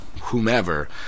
whomever